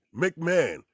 mcmahon